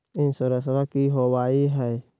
इंसोरेंसबा की होंबई हय?